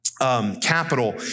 Capital